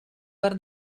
per